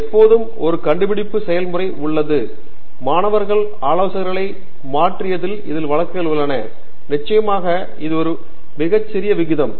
எப்போதும் ஒரு கண்டுபிடிப்பு செயல்முறை உள்ளது மாணவர்கள் ஆலோசகர்கள் மாறியது இதில் வழக்குகள் உள்ளன நிச்சயமாக இது ஒரு மிக சிறிய விகிதம்